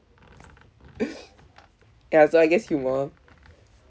ya so I guess humour